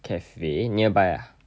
cafe nearby ah